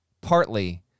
partly